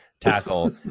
tackle